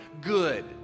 good